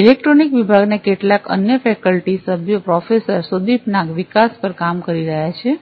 electronic વિભાગના કેટલાક અન્ય ફેકલ્ટી સભ્યો પ્રોફેસર સુદિપ નાગ વિકાસ પર કામ કરી રહ્યા છે